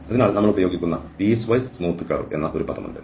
അതിനാൽ നമ്മൾ ഉപയോഗിക്കുന്ന പീസ്വൈസ് സ്മൂത്ത് കർവ് എന്ന ഒരു പദമുണ്ട്